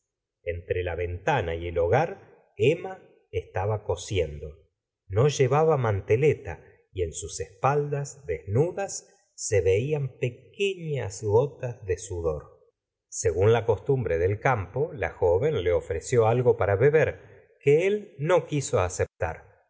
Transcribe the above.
entre la ventana y el hogar emma estaba cosiendo no llevaba manteleta y en sus espaldas desnudas se veían pequenas gotas de sudor tomo i fy y lezep meelem gustavo flaubert según la costumbre del campo la joven le ofreció algo para beber que él no quiso aceptar